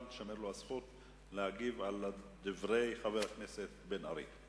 תישמר הזכות להגיב על דברי חברי הכנסת בן-ארי.